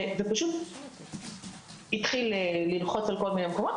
ופשוט התחיל ללחוץ על כל מיני מקומות.